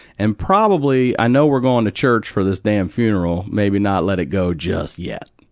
and probably, i know we're going to church for this damn funeral, maybe not let it go just yet.